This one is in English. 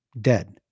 Dead